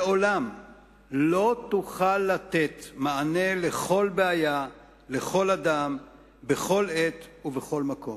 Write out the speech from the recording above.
לעולם לא תוכל לתת מענה לכל בעיה לכל אדם בכל עת ובכל מקום.